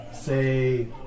say